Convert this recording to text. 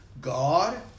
god